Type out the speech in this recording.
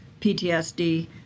PTSD